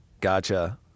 Gotcha